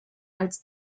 als